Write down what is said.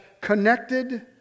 connected